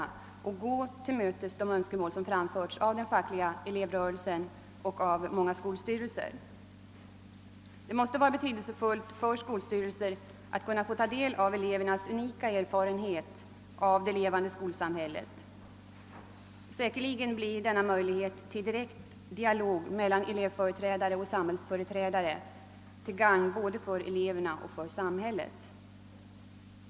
Därmed skulle man gå till mötes de önskemål som framförts både av den fackliga elevrörelsen och av många skolstyrelser. Det måste vara betydelsefullt för skolstyrelserna att kunna ta del av elevernas unika erfarenhet av det levande skolsamhället. Säkerligen blir denna möjlighet till direkt dialog mellan elevföreträdare och samhällsföreträdare till gagn för både eleverna och samhället.